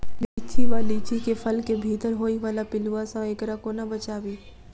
लिच्ची वा लीची केँ फल केँ भीतर होइ वला पिलुआ सऽ एकरा कोना बचाबी?